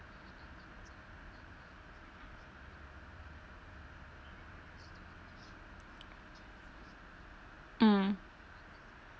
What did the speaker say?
mm